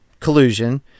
collusion